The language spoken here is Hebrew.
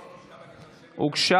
הוגשה.